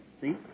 See